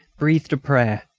breathed a prayer,